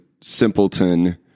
simpleton